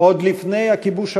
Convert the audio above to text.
עוד מלפני הכיבוש המוסלמי,